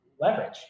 leverage